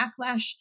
backlash